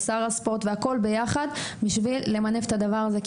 שר הספורט והכול ביחד בשביל למנף את הדבר הזה.